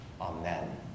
Amen